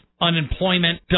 unemployment